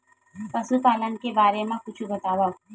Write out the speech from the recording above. पशुपालन के बारे मा कुछु बतावव?